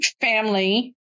family